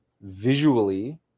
visually